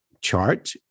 chart